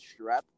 strep